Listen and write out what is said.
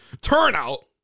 turnout